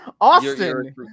Austin